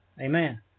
Amen